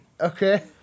Okay